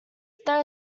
there